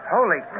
Holy